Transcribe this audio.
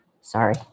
Sorry